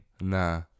Nah